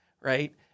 right